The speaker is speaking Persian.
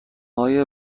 های